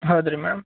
ಹೌದು ರೀ ಮ್ಯಾಮ್